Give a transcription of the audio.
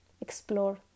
explore